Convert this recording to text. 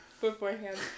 beforehand